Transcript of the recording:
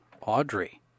Audrey